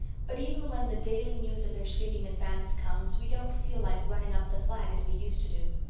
but even when the daily news of their sweeping advance comes we don't feel like running up the flag as we used to do.